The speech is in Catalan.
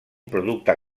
producte